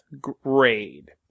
grade